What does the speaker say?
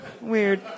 Weird